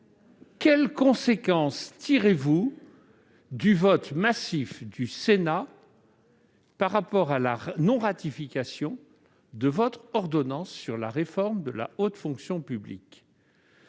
quelles conséquences tirez-vous du vote massif du Sénat contre la ratification de votre ordonnance sur la réforme de la haute fonction publique ?